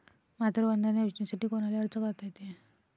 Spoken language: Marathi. मातृवंदना योजनेसाठी कोनाले अर्ज करता येते?